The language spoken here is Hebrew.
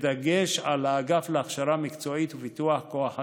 בדגש על האגף להכשרה מקצועית ופיתוח כוח אדם.